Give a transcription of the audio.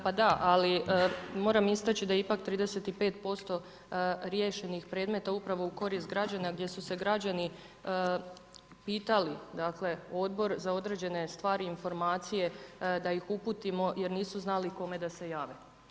Pa da, moram isteći da ipak 35% riješenih predmeta upravo u korist građana, gdje su se građani pitali, dakle odbor za određene stvari i informacije, da ih uputimo jer nisu znali kome da se jave.